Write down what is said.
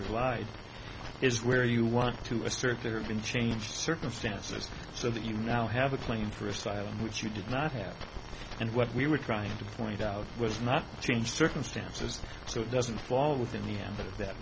has lied is where you want to assert there have been changed circumstances so that you now have a claim for asylum which you did not have and what we were trying to find out was not changed circumstances so it doesn't fall within the ambit that